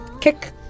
kick